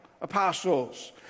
apostles